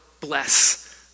bless